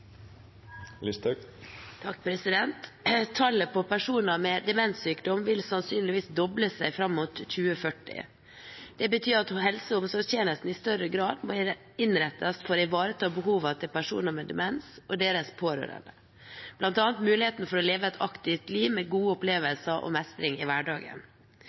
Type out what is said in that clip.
Tallet på personer med demenssykdom vil sannsynligvis doble seg fram mot 2040. Det betyr at helse- og omsorgstjenesten i større grad må innrettes for å ivareta behovene til personer med demens og deres pårørende, bl.a. muligheten for å leve et aktivt liv med gode opplevelser og mestring i hverdagen.